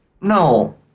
No